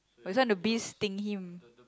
but this one the bees sting him